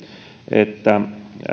että